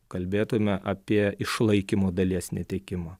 kalbėtume apie išlaikymo dalies netekimą